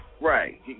Right